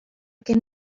gen